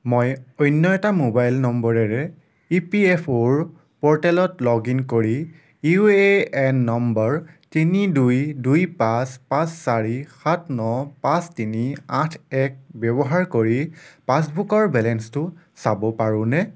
মই অন্য এটা মোবাইল নম্বৰেৰে ই পি এফ অ'ৰ প'ৰ্টেলত লগ ইন কৰি ইউ এ এন নম্বৰ তিনি দুই দুই পাঁচ পাঁচ চাৰি সাত ন পাঁচ তিনি আঠ এক ব্যৱহাৰ কৰি পাছবুকৰ বেলেঞ্চটো চাব পাৰোঁনে